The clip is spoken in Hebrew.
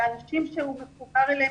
לאנשים שהוא מחובר אליהם,